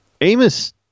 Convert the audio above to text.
amos